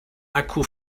akku